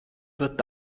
wird